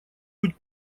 быть